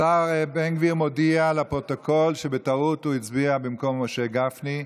השר בן גביר מודיע לפרוטוקול שבטעות הוא הצביע במקום משה גפני.